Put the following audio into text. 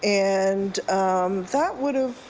and that would